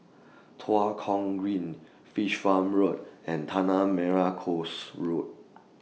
Tua Kong Green Fish Farm Road and Tanah Merah Coast Road